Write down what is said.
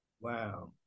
Wow